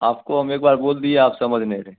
आपको हम एक बार बोल दिए आप समझ नहीं रहें